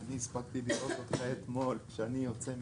אני מתכבד לפתוח את ישיבת ועדת